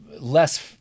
less